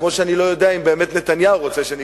כמו שאני לא יודע אם באמת נתניהו רוצה שניכנס.